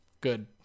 good